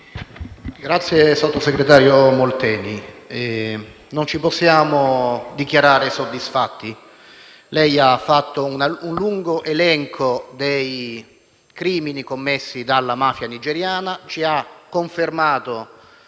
il sottosegretario Molteni, ma non ci possiamo dichiarare soddisfatti. Il Sottosegretario ha fatto un lungo elenco dei crimini commessi dalla mafia nigeriana, ci ha confermato